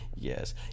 Yes